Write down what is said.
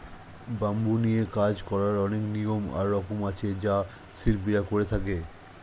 bamboo নিয়ে কাজ করার অনেক নিয়ম আর রকম আছে যা শিল্পীরা করে থাকে